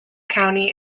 county